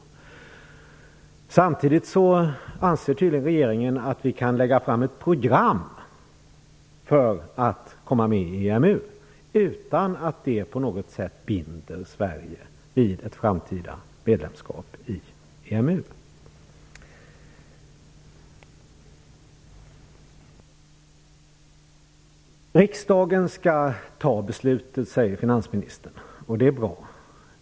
Samtidigt anser tydligen regeringen att vi kan lägga fram ett program för att komma med i EMU, utan att det på något sätt binder Sverige vid ett framtida medlemskap i EMU. Riksdagen skall ta beslutet, säger finansministern, och det är bra.